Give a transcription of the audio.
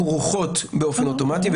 כרוכות באופן אוטומטי,